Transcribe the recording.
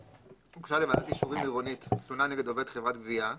הוגשה לוועדת אישורים עירונית תלונה נגד עובד חברת גבייה,